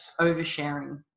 Oversharing